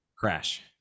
crash